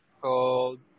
called